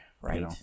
right